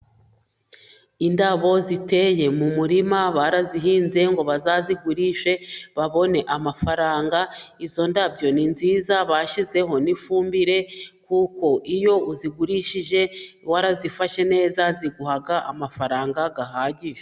Indabo ziteye mu murima, barazihinze ngo bazazigurishe, babone amafaranga. Izo ndabyo ni nziza, bashyizeho n'ifumbire, kuko iyo uzigurishije warazifashe neza, ziguha amafaranga ahagije.